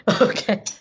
okay